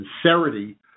sincerity